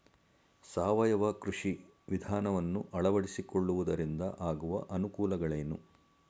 ಸಾವಯವ ಕೃಷಿ ವಿಧಾನವನ್ನು ಅಳವಡಿಸಿಕೊಳ್ಳುವುದರಿಂದ ಆಗುವ ಅನುಕೂಲಗಳೇನು?